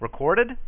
recorded